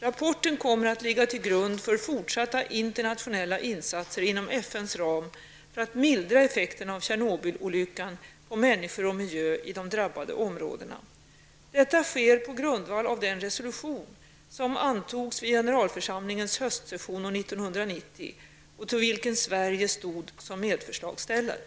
Rapporten kommer att ligga till grund för fortsatta internationella insatser inom FNs ram, för att mildra effekterna av Tjernobylolyckan på människor och miljö i de drabbade områdena. Detta sker på grundval av den resolution som antogs vid generalförsamlingens höstsession år 1990 och till vilken Sverige stod som medförslagsställare.